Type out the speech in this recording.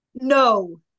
no